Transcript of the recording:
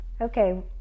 okay